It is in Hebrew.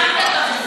שם זה,